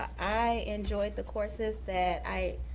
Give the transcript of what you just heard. i enjoyed the courses that i